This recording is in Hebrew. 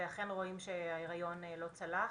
ואכן רואים שההיריון לא צלח.